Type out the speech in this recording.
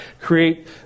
create